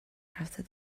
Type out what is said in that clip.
after